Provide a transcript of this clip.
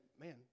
man